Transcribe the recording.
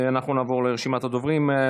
אנחנו נעבור לרשימת הדוברים.